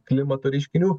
klimato reiškinių